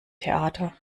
theater